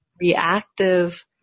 reactive